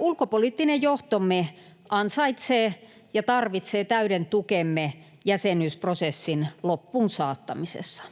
Ulkopoliittinen johtomme ansaitsee ja tarvitsee täyden tukemme jäsenyysprosessin loppuunsaattamisessa.